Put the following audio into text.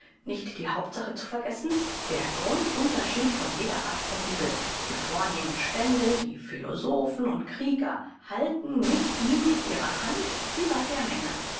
nicht die hauptsache zu vergessen der grundunterschied von jeder art von bibel die vornehmen stände die philosophen und die krieger halten mit ihm ihre hand über der menge